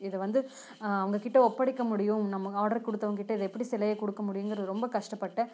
இதை வந்து அவங்க கிட்ட ஒப்படைக்க முடியும் நம்ம ஆர்டர் கொடுத்தவுங்க கிட்ட இதை எப்படி சிலையை கொடுக்க முடியுங்கிற ரொம்ப கஷ்டப்பட்டேன்